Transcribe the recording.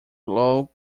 glow